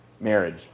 marriage